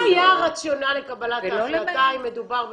מה היה הרציונל לקבלת ההחלטה אם מדובר בשב"ן?